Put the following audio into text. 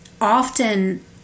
Often